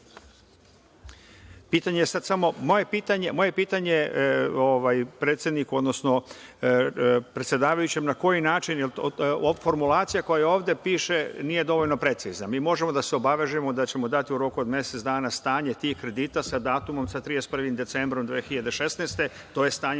odnosno predsedavajućem, na koji način je formulacija koja ovde piše, nije dovoljno precizna. Mi možemo da se obavežemo da ćemo dati u roku od mesec dana stanje tih kredita sa datumom, sa 31. decembrom 2016. godine, tj.